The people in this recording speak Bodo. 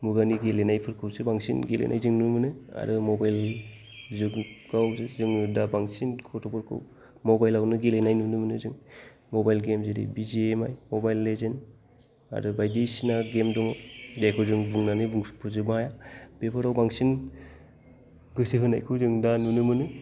मुगानि गेलेनायफोरखौसो बांसिन गेलेनाय जों नुनो मोनो आरो मबाइल जुगाव जोङो दा बांसिन ग'थ'फोरखौ मबाइल आवनो गेलेनाय नुनो मोनो जों मबाइल गेम जेरै बिजिएमआइ मबाइल लेजेन्द आरो बायदिसिना गेम दं जायखौ जों बुंनानै बुंफोरजोबनो हाया बेफोराव बांसिन गोसो होनायखौ जों दा नुनो मोनो